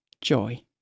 Joy